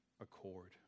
accord